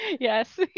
yes